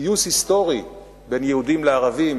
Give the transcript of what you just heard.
פיוס היסטורי בין יהודים לערבים,